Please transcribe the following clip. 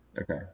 Okay